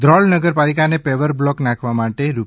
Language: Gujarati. ધ્રોળ નગરપાલિકાને પેવર બ્લોક નાખવાના કામ માટે રૂ